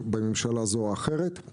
בממשלה זו או אחרת.